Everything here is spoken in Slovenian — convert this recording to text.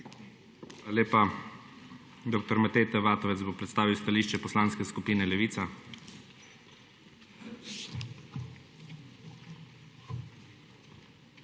lepa. Dr. Matej T. Vatovec bo predstavil stališče Poslanske skupine Levica.